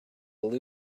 will